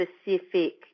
specific